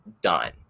done